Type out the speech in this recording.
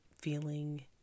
feeling